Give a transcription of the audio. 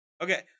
Okay